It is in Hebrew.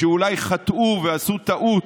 שאולי חטאו ועשו טעות,